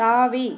தாவி